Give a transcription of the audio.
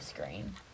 screen